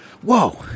Whoa